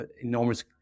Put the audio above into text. enormous